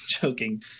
joking